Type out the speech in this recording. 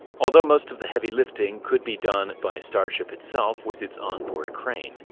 although most of the heavy lifting could be done by starship itself with its onboard crane,